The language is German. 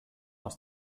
aus